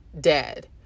dead